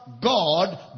God